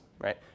right